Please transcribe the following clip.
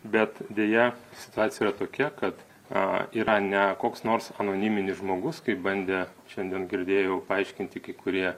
bet deja situacija tokia kad a yra ne koks nors anoniminis žmogus kaip bandė šiandien girdėjau paaiškinti kurie